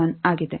ಆದ್ದರಿಂದ ಆಗಿದೆ